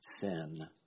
sin